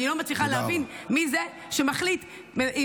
אני לא מצליחה להבין מי זה שמחליט אם